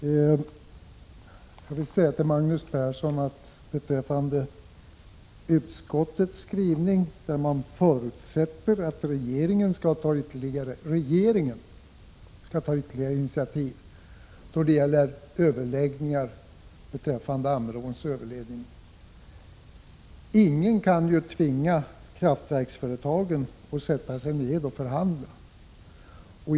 Herr talman! Jag vill säga till Magnus Persson, beträffande utskottets skrivning där man förutsätter att regeringen skall ta ytterligare initiativ till överläggningar om Ammeråns överledning, att ingen kan tvinga kraftverksföretagen att sätta sig ned och förhandla.